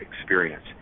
experience